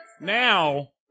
Now